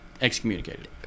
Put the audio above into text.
Excommunicated